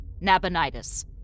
Nabonidus